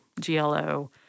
GLO